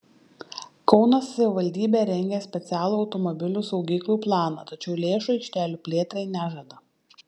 kauno savivaldybė rengia specialų automobilių saugyklų planą tačiau lėšų aikštelių plėtrai nežada